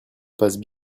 passent